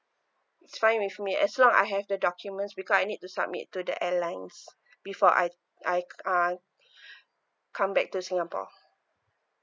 it's fine with me as long I have the documents because I need to submit to the airline before I I uh come back to singapore